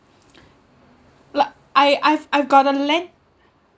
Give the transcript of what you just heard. like I I've I've got a